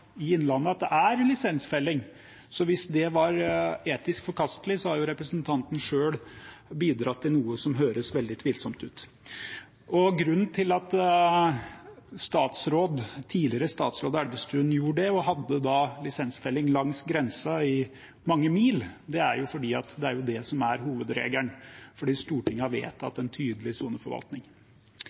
i Innlandet – det er lisensfelling. Så hvis det var etisk forkastelig, har jo representanten selv bidratt til noe som høres veldig tvilsomt ut. Grunnen til at tidligere statsråd Elvestuen gjorde det og hadde lisensfelling langs grensen i mange mil, er jo at det er det som er hovedregelen, fordi Stortinget har vedtatt en tydelig soneforvaltning.